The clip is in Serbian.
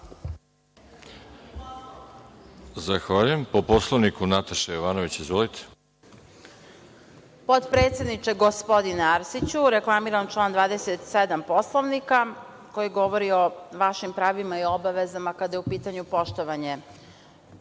Zahvaljujem. Po Poslovniku, Nataša Jovanović. Izvolite. **Nataša Jovanović** Potpredsedniče gospodine Arsiću, reklamiram član 27. Poslovnika koji govori o našim pravima i obavezama kada je u pitanju poštovanje